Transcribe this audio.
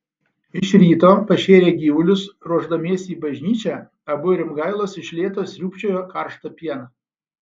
iš ryto pašėrę gyvulius ruošdamiesi į bažnyčią abu rimgailos iš lėto sriūbčiojo karštą pieną